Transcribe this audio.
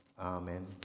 Amen